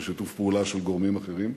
בשיתוף פעולה של גורמים אחרים.